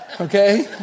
okay